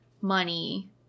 money